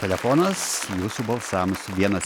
telefonas jūsų balsams vienas